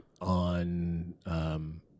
on